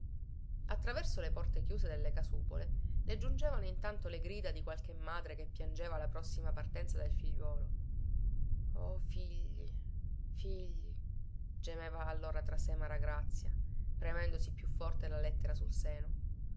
attraverso le porte chiuse delle casupole le giungevano intanto le grida di qualche madre che piangeva la prossima partenza del figliuolo oh figli figli gemeva allora tra sé maragrazia premendosi più forte la lettera sul seno